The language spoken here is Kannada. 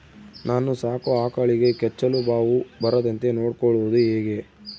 ನಾನು ಸಾಕೋ ಆಕಳಿಗೆ ಕೆಚ್ಚಲುಬಾವು ಬರದಂತೆ ನೊಡ್ಕೊಳೋದು ಹೇಗೆ?